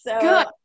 Good